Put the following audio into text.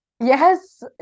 Yes